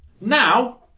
Now